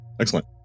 Excellent